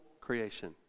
creation